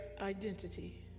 identity